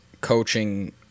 coaching